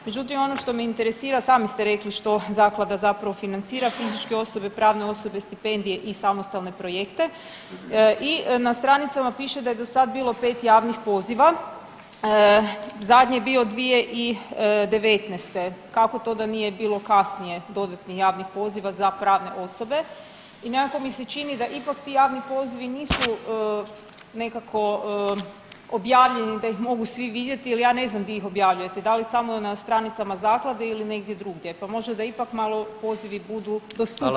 Međutim ono što me interesira, sami ste rekli što zaklada zapravo financira, fizičke osobe, pravne osobe, stipendije i samostalne projekte i na stranicama piše da je do sad bilo 5 javnih poziva, zadnji je bio 2019., kako to da nije bilo kasnije dodatnih javnih poziva za pravne osobe i nekako mi se čini da ipak ti javni pozivi nisu nekako objavljeni da ih mogu svi vidjeti jel ja ne znam di ih objavljujete, da li samo na stranicama zaklade ili negdje drugdje, pa možda da ipak malo pozivi budu dostupniji svima.